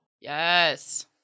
Yes